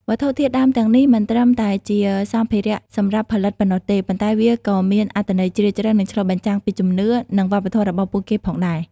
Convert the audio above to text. វត្ថុធាតុដើមទាំងនេះមិនត្រឹមតែជាសម្ភារៈសម្រាប់ផលិតប៉ុណ្ណោះទេ ប៉ុន្តែវាក៏មានអត្ថន័យជ្រាលជ្រៅ និងឆ្លុះបញ្ចាំងពីជំនឿ និងវប្បធម៌របស់ពួកគេផងដែរ។